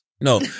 No